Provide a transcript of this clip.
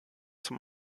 zum